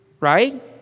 right